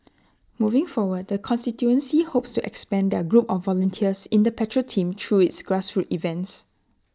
moving forward the constituency hopes to expand their group of volunteers in the patrol team through its grassroots events